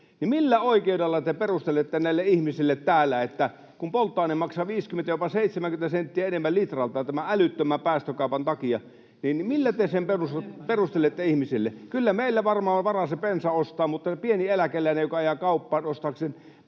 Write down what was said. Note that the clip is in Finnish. millä oikeudella te perustelette näille ihmisille täällä, että polttoaine maksaa 50, jopa 70 senttiä enemmän litralta tämän älyttömän päästökaupan takia? Millä te sen perustelette ihmisille? Kyllä meillä varmaan on varaa se bensa ostaa, mutta kun se pieni eläkeläinen ajaa kauppaan ostaakseen